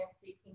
seeking